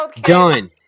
Done